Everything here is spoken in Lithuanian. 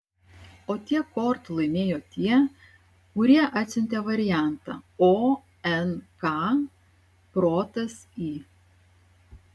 o tiek kortų laimėjo tie kurie atsiuntė variantą o n k protas i